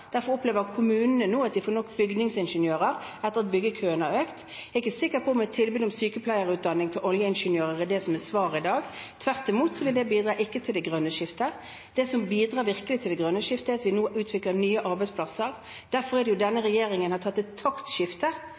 Derfor opplever kommunene nå at de får nok bygningsingeniører, etter at byggekøen har økt. Jeg er ikke sikker på at et tilbud om sykepleierutdanning til oljeingeniører er det som er svaret i dag. Tvert imot, det vil ikke bidra til det grønne skiftet. Det som virkelig bidrar til det grønne skiftet, er at vi nå utvikler nye arbeidsplasser. Derfor har denne regjeringen foretatt et taktskifte